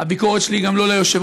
הביקורת שלי היא גם לא ליושב-ראש,